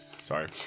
Sorry